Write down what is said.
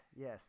yes